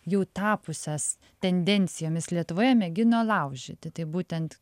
jau tapusias tendencijomis lietuvoje mėgino laužyti tai būtent